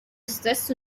stesso